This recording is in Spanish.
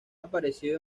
aparecido